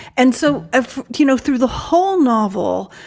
and so, ah you know, through the whole novel,